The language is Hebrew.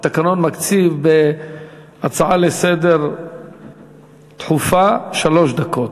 התקנון מקציב בהצעה דחופה לסדר-היום שלוש דקות,